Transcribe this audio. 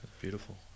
Beautiful